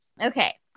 Okay